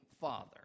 father